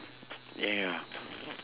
ya ya